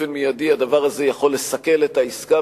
הדבר הזה יכול לסכל באופן מיידי את העסקה,